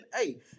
hey